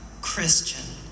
Christian